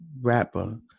rapper